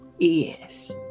Yes